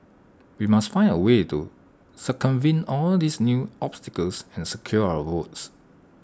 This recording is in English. we must find A way to circumvent all these new obstacles and secure our votes